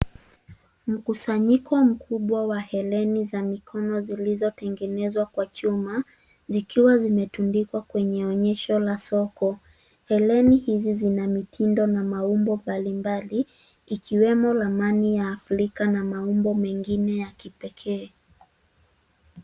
Mkusanyiko mkubwa wa hereni za mikono zilizotengenezwa kwa chuma. Zikiwa zimetundikwa kwenye onyesho la soko. Hereni hizi zina mitindo na maumbo mbalimbali ikiwemo ramani ya afrika na maumbo mengine ya kipekee.